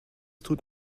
tut